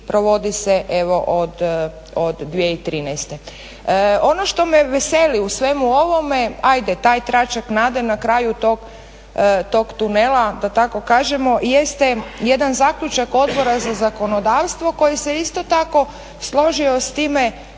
i provodi se evo od 2013. Ono što me veseli u svemu ovome, hajde taj tračak nade na kraju tog tunela da tako kažemo jeste jedan zaključak Odbora za zakonodavstvo koji se isto tako složio s time